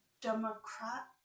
Democrat